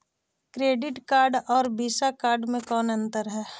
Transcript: Credit card और Visa card मे कौन अन्तर है?